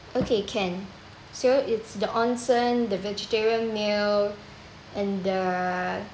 okay can so it's the onsen the vegetarian meal and the